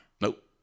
Nope